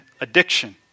addiction